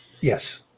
Yes